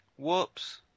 Whoops